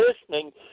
listening